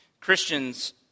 Christians